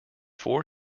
four